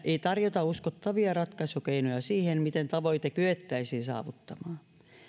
ei tarjota uskottavia ratkaisukeinoja siihen miten tavoite kyettäisiin saavuttamaan